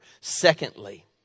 Secondly